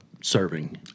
serving